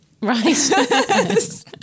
right